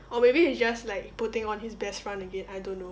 or maybe he's just like putting on his best front again I don't know